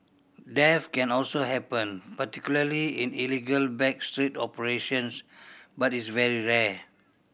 death can also happen particularly in illegal back street operations but is very rare